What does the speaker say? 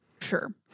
sure